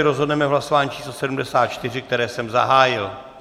Rozhodneme v hlasování číslo 74, které jsem zahájil.